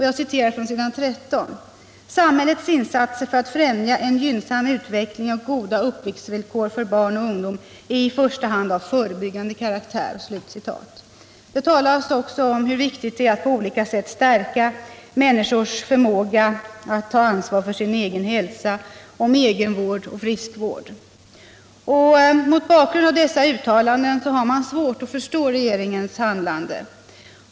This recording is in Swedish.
Jag citerar från s. 13: ”Samhällets insatser för att främja en gynnsam utveckling och goda uppväxtvillkor för barn och ungdom är i första hand av förebyggande karaktär.” Det talas också om hur viktigt det är att på olika sätt stärka människors förmåga att ta ansvar för sin egen hälsa, det talas om egenvård och friskvård. Mot bakgrund av dessa uttalanden har man svårt att förstå regeringens handlande.